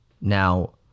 Now